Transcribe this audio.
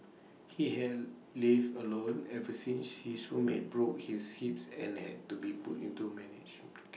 he has lived alone ever since his roommate broke his hip and had to be put into managed